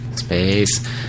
Space